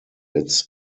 its